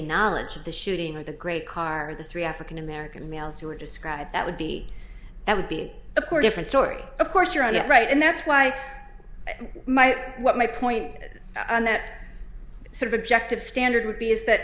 knowledge of the shooting of the great car the three african american males who are described that would be that would be of course different story of course you're on it right and that's why my what my point and that sort of objective standard would be is that